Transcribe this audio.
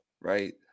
right